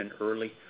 early